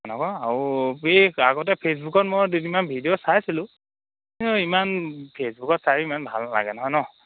হেনেকুৱা আৰু আগতে ফেচবুকত মই দুদিনমান ভিডিঅ' চাইছিলোঁ ইমান ফেচবুকত চাইয়ো ইমান ভাল নালাগে নহয় ন